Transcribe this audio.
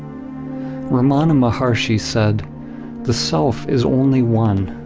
ramana maharshi said the self is only one.